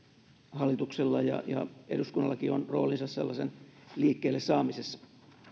hallituksella ja ja eduskunnallakin on roolinsa sellaisen liikkeelle saamisessa